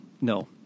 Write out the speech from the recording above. no